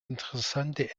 interessante